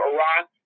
Iraq